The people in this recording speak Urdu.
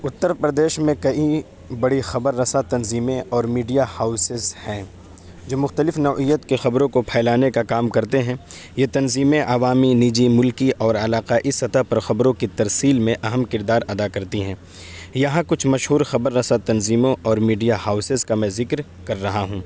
اتّر پردیس میں کئی بڑی خبر رساں تنظیمیں اور میڈیا ہاؤسیز ہیں جو مختلف نوعیت کی خبروں کو پھیلانے کا کام کرتے ہیں یہ تنظیمیں عوامی نجی ملکی اور علاقائی سطح پر خبروں کی ترسیل میں اہم کردار ادا کرتی ہیں یہاں کچھ مشہور خبر رساں تنظیموں اور میڈیا ہاؤسیز کا میں ذکر کر رہا ہوں